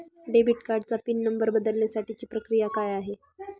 Debit कार्डचा pin number बदलण्यासाठीची प्रक्रिया काय आहे?